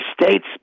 state's